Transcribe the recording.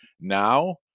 Now